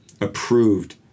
approved